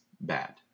bad